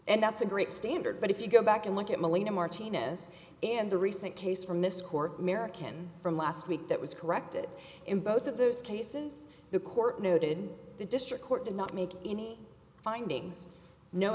and that's a great standard but if you go back and look at molina martina's and the recent case from this court american from last week that was corrected in both of those cases the court noted the district court did not make any findings no